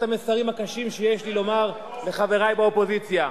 המסרים הקשים שיש לי לומר לחברי באופוזיציה.